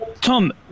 Tom